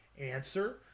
Answer